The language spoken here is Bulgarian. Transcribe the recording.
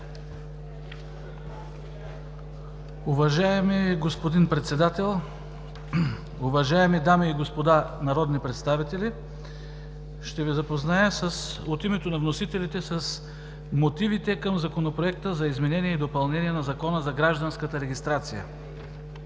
Уважаеми господин Председател, уважаеми дами и господа народни представители! От името на вносителите ще Ви запозная с мотивите към Законопроекта за изменение и допълнение на Закона за гражданската регистрация.